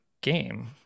game